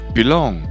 Belong，